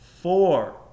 four